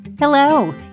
Hello